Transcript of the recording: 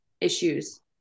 issues